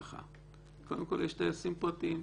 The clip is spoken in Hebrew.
קודם כול יש טייסים פרטיים.